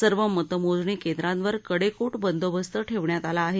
सर्व मतमोजणी केंद्रांवर कडेकोट बंदोबस्त ठेवण्यात आला आहे